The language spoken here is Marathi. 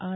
आर